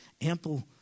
ample